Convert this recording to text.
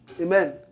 Amen